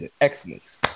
Excellence